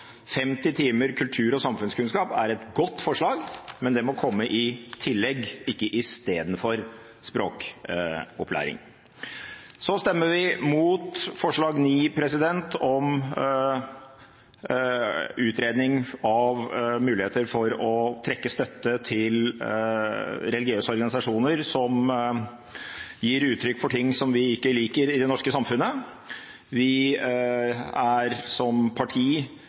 50 timer kultur- og samfunnskunnskap er et godt forslag, men det må komme i tillegg til og ikke istedenfor språkopplæring. Så vil vi stemme imot IX i innstillingen, om utredning av en mulighet for å trekke støtte til religiøse organisasjoner som gir uttrykk for ting som vi ikke liker i det norske samfunnet. Vi er som parti